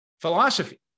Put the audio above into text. philosophy